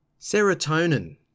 Serotonin